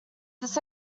this